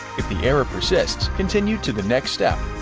if the error persists, continue to the next step.